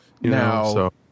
Now